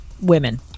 women